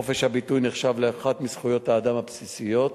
חופש הביטוי נחשב לאחת מזכויות האדם הבסיסיות.